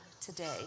today